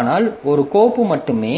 ஆனால் ஒரு கோப்பு மட்டுமே